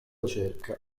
cerca